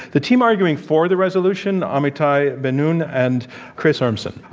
the team arguing for the resolution, amitai bin-nun and chris urmson,